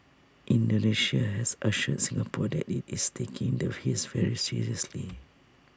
Indonesia has assured Singapore that IT is taking the haze very seriously